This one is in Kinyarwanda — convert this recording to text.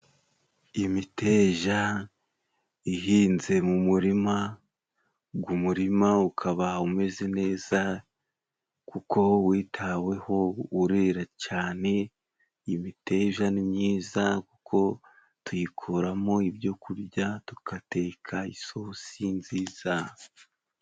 Imiteja ihinze mu murima, ugu murima ukaba umeze neza kuko witaweho urera cyane, imiteja ni myiza kuko tuyikuramo ibyo kurya, tugateka isosi nziza.